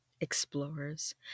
explorers